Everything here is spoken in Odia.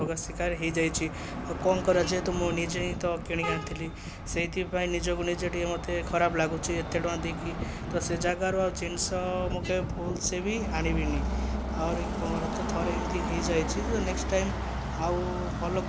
ଠକାମିର ଶିକାର ହୋଇଯାଇଛି ଆଉ କ'ଣ କରିବା ଯେହେତୁ ମୁଁ ନିଜେ ହିଁ ତ କିଣିକି ଆଣିଥିଲି ସେଥିପାଇଁ ନିଜକୁ ନିଜେ ଟିକେ ମତେ ଖରାପ ଲାଗୁଛି ଏତେଟଙ୍କା ଦେଇକି ତ ସେ ଯାଗାରୁ ଆଉ ଜିନିଷ ମୁଁ କେବେ ଭୁଲ୍ ସେ ବି ଆଣିବିନି ଆହୁରି ଥରେ ଏମିତି ହୋଇଯାଇଛି ତ ନେକ୍ସଟ୍ ଟାଇମ୍ ଆଉ ଭଲ